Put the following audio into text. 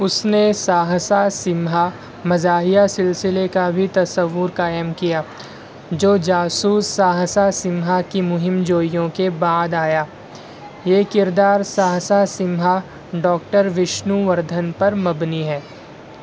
اس نے ساہسہ سمہا مزاحیہ سلسلے کا بھی تصور قائم کیا جو جاسوس ساہسہ سمہا کی مہم جوئیوں کے بعد آیا یہ کردار ساہسہ سمہا ڈاکٹر وشنو وردھن پر مبنی ہے